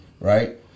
Right